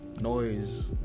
noise